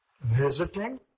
visiting